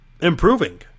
improving